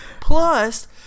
Plus